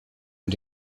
und